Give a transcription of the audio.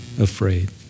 afraid